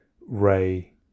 Ray